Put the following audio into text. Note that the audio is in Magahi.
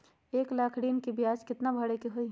एक लाख ऋन के ब्याज केतना भरे के होई?